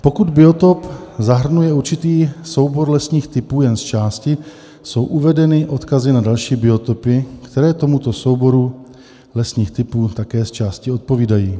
Pokud biotop zahrnuje určitý soubor lesních typů jen zčásti, jsou uvedeny odkazy na další biotopy, které tomuto souboru lesních typů také zčásti odpovídají